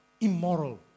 immoral